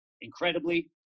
Incredibly